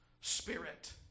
spirit